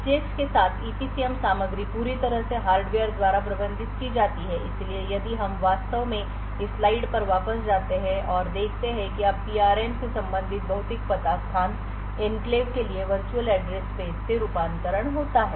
SGX के साथ EPCM सामग्री पूरी तरह से हार्डवेयर द्वारा प्रबंधित की जाती है इसलिए यदि हम वास्तव में इस स्लाइड पर वापस जाते हैं और देखते हैं कि अब PRM में संबंधित भौतिक पता स्थान एन्क्लेव के लिए वर्चुअल एड्रेस स्पेस से रूपांतरण होता है